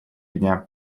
дня